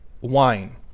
wine